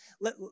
Let